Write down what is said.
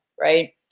right